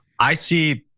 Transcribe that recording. i see,